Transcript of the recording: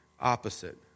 opposite